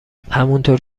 همونطور